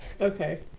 Okay